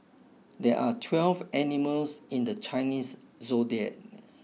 there are twelve animals in the Chinese zodiac